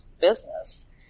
business